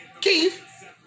Keith